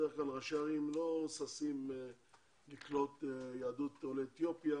בדרך כלל ראשי הערים לא ששים לקלוט יהדות עולי אתיופיה